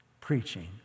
preaching